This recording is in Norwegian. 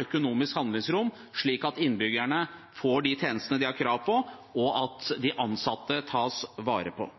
økonomisk handlingsrom, slik at innbyggerne får de tjenestene de har krav på, og de ansatte tas vare på.